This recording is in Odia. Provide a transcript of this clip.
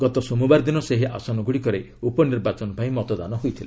ଗତ ସୋମବାର ଦିନ ସେହି ଆସନଗୁଡ଼ିକରେ ଉପନିର୍ବାଚନ ପାଇଁ ମତଦାନ ହୋଇଥିଲା